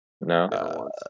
No